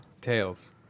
Tails